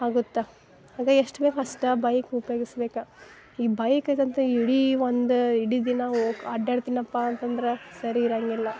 ಆಗುತ್ತೆ ಅದೇ ಎಷ್ಟು ಬೇಕು ಅಷ್ಟು ಬೈಕ್ ಉಪ್ಯೋಗಿಸ್ಬೇಕು ಈ ಬೈಕ್ ಅದು ಇಡೀ ಒಂದು ಇಡಿ ದಿನ ಹೋಗಿ ಅಡ್ಯಾಡ್ತೀನಪ್ಪ ಅಂತಂದ್ರೆ ಸರಿ ಇರೋಂಗಿಲ್ಲ